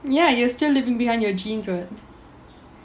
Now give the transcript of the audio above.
ya you're still leaving behind your genes [what]